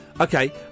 okay